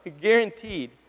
guaranteed